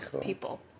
people